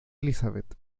elizabeth